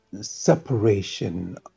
separation